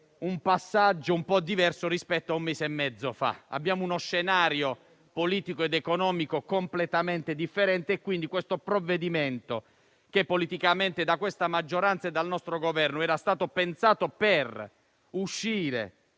un passaggio un po' diverso rispetto a un mese e mezzo fa. Abbiamo uno scenario politico ed economico completamente differente. Questo provvedimento era stato pensato politicamente da questa maggioranza e dal nostro Governo per uscire